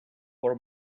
for